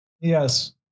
yes